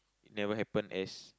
never happen as